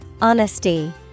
Honesty